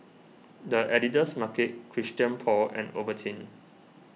the Editor's Market Christian Paul and Ovaltine